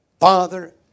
Father